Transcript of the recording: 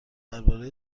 درباره